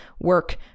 work